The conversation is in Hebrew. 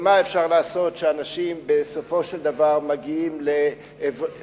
ומה אפשר לעשות שאנשים בסופו של דבר מגיעים לייאוש.